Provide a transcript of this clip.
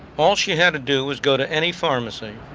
all she had do was go to any pharmacy.